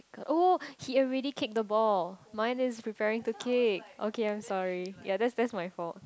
oh he already kicked the ball mine is preparing to kick okay I'm sorry ya that's that's my fault